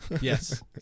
Yes